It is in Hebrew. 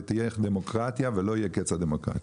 ותהיה דמוקרטיה ולא יהיה קץ הדמוקרטיה.